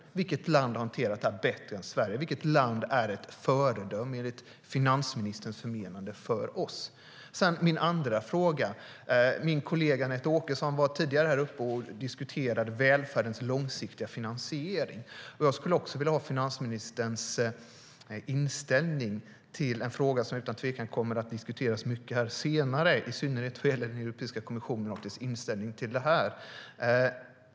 Vilket land har hanterat detta bättre än Sverige? Vilket land är enligt finansministerns förmenande ett föredöme för oss? Min kollega Anette Åkesson var tidigare uppe i talarstolen och diskuterade välfärdens långsiktiga finansiering, och jag skulle vilja ha finansministerns inställning till en fråga som utan tvekan kommer att diskuteras mycket här senare - i synnerhet vad gäller Europeiska kommissionen och dess inställning till detta.